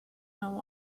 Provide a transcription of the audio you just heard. know